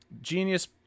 genius